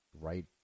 right